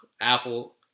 Apple